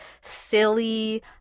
silly